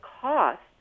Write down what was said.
cost